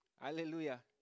Hallelujah